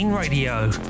Radio